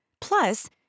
Plus